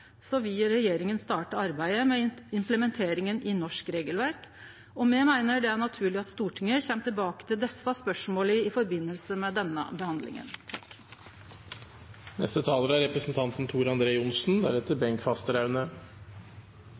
vil regjeringa starte arbeidet med implementeringa i norsk regelverk. Me meiner det er naturleg at Stortinget kjem tilbake til desse spørsmåla i forbindelse med denne behandlinga. Dette er en fantastisk viktig gladsak, som det er